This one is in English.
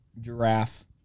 Giraffe